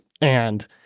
and-